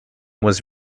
was